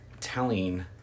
telling